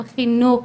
בחינוך,